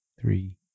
three